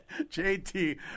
JT